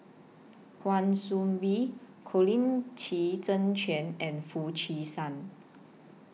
Kwa Soon Bee Colin Qi Zhe Quan and Foo Chee San